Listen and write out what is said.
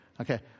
Okay